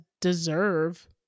deserve